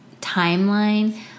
timeline